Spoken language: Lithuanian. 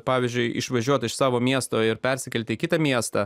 pavyzdžiui išvažiuoti iš savo miesto ir persikelti į kitą miestą